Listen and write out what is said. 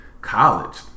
college